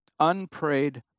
Unprayed